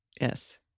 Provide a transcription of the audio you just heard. Yes